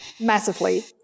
Massively